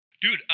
Dude